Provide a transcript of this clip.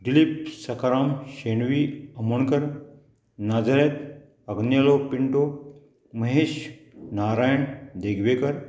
Dilip Sakaram Shenvi Amonkar Nazareth Agnelo Pinto Mahesh Narayan Degwekar